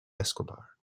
escobar